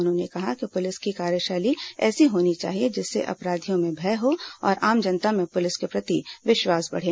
उन्होंने कहा कि पुलिस की कार्यशैली ऐसी होनी चाहिए जिससे अपराधियों में भय हो और आम जनता में पुलिस के प्रति विश्वास बढ़े